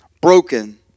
broken